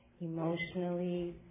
emotionally